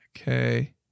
Okay